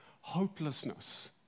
hopelessness